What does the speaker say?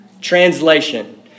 Translation